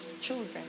children